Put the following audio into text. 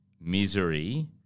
misery